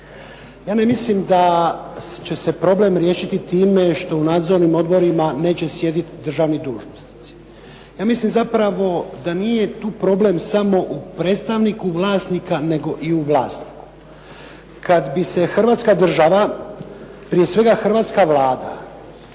Ja ne mislim da će se problem riješiti time što u nadzornim odborima neće sjediti državni dužnosnici. Ja mislim zapravo da nije tu problem samo u predstavniku vlasnika nego i u vlasniku. Kada bi se Hrvatska država, prije svega Hrvatska vlada